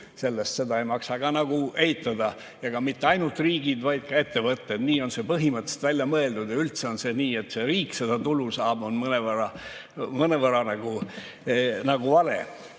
sellest, seda ei maksa ka nagu eitada. Mitte ainult riigid, vaid ka ettevõtted – nii on see põhimõtteliselt välja mõeldud. Ja üldse on see nii. See, et riik seda tulu saab, on mõnevõrra nagu vale.